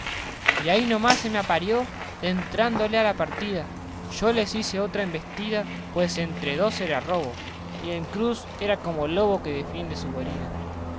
y ahi no más se me aparió dentrándole a la partida yo les hice otra embestida pues entre dos era robo y el cruz era como lobo que defiende su guarida